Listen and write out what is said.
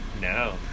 No